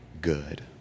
good